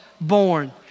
born